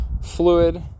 fluid